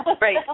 Right